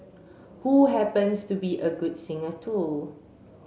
who happens to be a good singer too